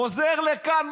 חוזר לכאן.